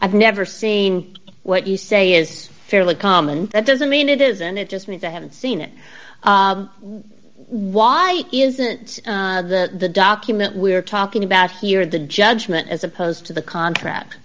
i've never seen what you say is fairly common that doesn't mean it isn't it just means i haven't seen it why isn't the document we're talking about here the judgment as opposed to the contract